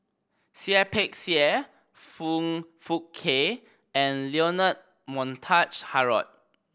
Seah Peck Seah Foong Fook Kay and Leonard Montague Harrod